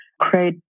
create